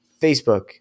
Facebook